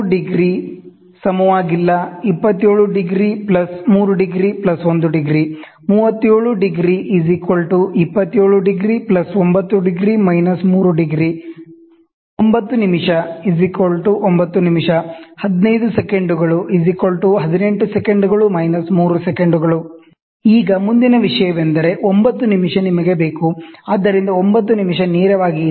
33° ≠ 27° 3°1° 33°27°9°−3° 9' 9' 15" 18" - 3" ಈಗ ಮುಂದಿನ ವಿಷಯವೆಂದರೆ 9' ನಿಮಗೆ ಬೇಕು ಆದ್ದರಿಂದ 9' ನೇರವಾಗಿ ಇದೆ